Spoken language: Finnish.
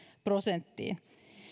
prosenttiin